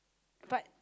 but